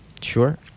Sure